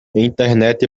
internet